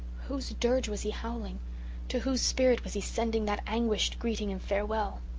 whose dirge was he howling to whose spirit was he sending that anguished greeting and farewell?